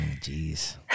Jeez